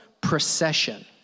procession